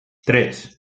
tres